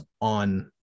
on